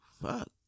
fuck